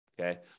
okay